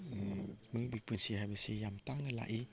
ꯃꯤꯑꯣꯏꯕꯒꯤ ꯄꯨꯟꯁꯤ ꯍꯥꯏꯕꯁꯤ ꯌꯥꯝ ꯇꯥꯡꯅ ꯂꯥꯛꯏ